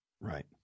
Right